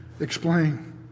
explain